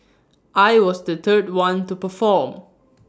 I was the third one to perform